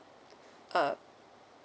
uh